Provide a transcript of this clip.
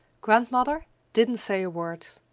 grandmother didn't say a word.